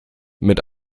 mit